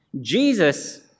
Jesus